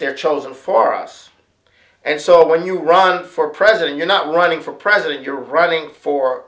they're chosen for us and so when you run for president you're not running for president you're running for